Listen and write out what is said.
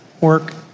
work